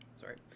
Sorry